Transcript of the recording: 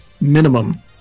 minimum